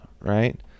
right